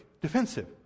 defensive